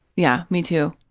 yeah, me, too.